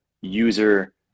user